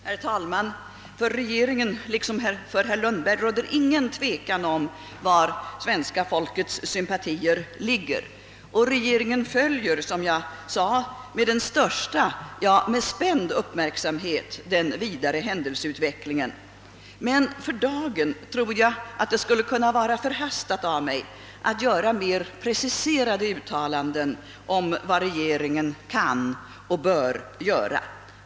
Herr talman! För regeringen liksom för herr Lundberg råder ingen tvekan om var svenska folkets sympatier ligger. Regeringen följer, som jag sade, med den största — ja, med spänd — uppmärksamhet den vidare händelseutvecklingen. Men för dagen tror jag att det skulle vara förhastat av mig att komma med mer preciserade uttalanden om vad regeringen kan och bör göra.